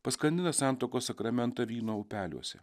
paskandina santuokos sakramentą vyno upeliuose